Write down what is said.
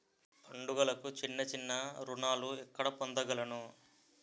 పండుగలకు చిన్న చిన్న రుణాలు ఎక్కడ పొందగలను?